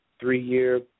three-year